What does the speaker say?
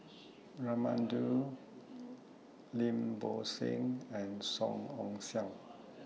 Raman Daud Lim Bo Seng and Song Ong Siang